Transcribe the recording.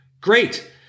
Great